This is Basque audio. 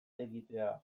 egitea